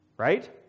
Right